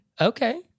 Okay